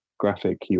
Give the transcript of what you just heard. graphic